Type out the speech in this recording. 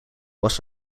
was